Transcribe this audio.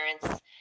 parents